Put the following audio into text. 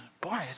Boy